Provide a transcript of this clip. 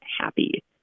happy